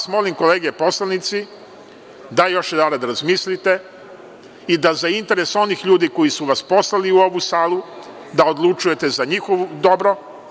Molim vas, kolege poslanici, da još jedanput razmislite i da za interes onih ljudi koji su vas poslali u ovu salu odlučujete za njihovo dobro.